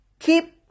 Keep